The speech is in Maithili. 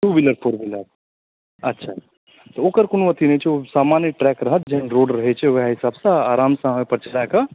टू वीलर फोर वीलर अच्छा ओकर कोनो अथी नहि छै ओ सामान्य ट्रैक रहत जहन रोड रहैत छै ओहि हिसाबसंँ आरामसंँ अहाँ ओहि पर चलाकऽ